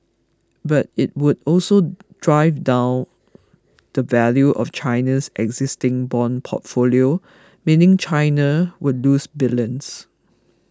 but it would also drive down the value of China's existing bond portfolio meaning China would lose billions